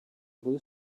blue